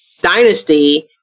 dynasty